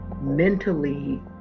mentally